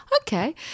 okay